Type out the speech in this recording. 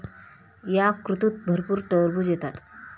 या ऋतूत भरपूर टरबूज येतात